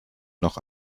noch